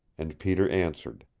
and peter answered.